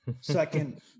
second